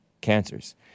cancers